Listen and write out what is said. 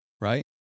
right